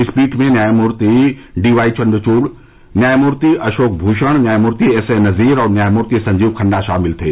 इस पीठ में न्यायमूर्ति डीवाई चंद्रचूड न्यायमूर्ति अशोक भूषण न्यायमूर्ति एसए नजीर और न्यायमूर्ति संजीव खन्ना शामिल थे